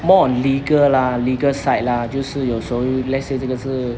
more on legal lah legal side lah 就是有时候 let's say 这个事